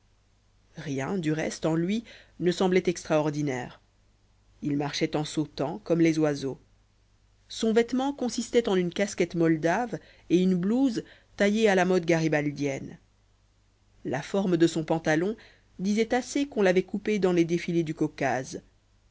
rien du reste en lui ne semblait extraordinaire il marchait en sautant comme les oiseaux son vêtement consistait en une casquette moldave et une blouse taillée à la mode garibaldienne la forme de son pantalon disait assez qu'on l'avait coupé dans les défilés du caucase